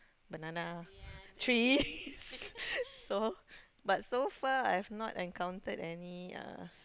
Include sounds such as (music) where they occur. banana trees (laughs) so but so far I've not encountered any uh